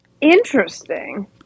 Interesting